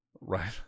Right